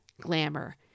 glamour